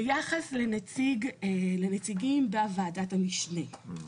ביחס לנציגים בוועדת המשנה,